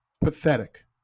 Pathetic